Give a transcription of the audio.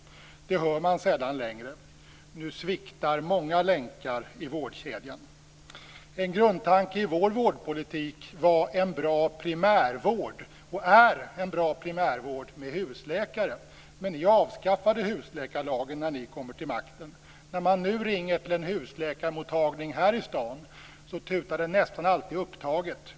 Det hör man sällan längre. Nu sviktar många länkar i vårdkedjan. En grundtanke i vår vårdpolitik var och är en bra primärvård med husläkare, men ni avskaffade husläkarlagen när ni kom till makten. När man nu ringer till en husläkarmottagning här i staden tutar det nästan alltid upptaget.